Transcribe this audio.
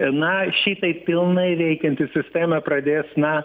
na šitaip pilnai veikianti sistema pradės na